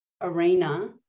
arena